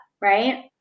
right